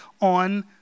on